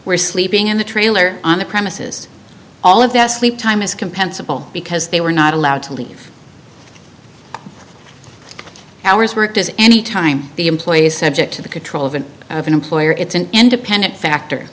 were sleeping in the trailer on the premises all of that sleep time is compensable because they were not allowed to leave hours worked is any time the employee is subject to the control of an employer it's an independent factor